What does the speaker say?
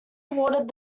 awarded